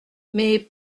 mais